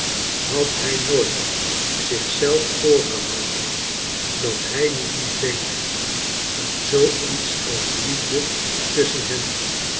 had hij nooit zich zelf voorgehoudon dat hij niet moest denken aan zoo iets als liefde tusschen lien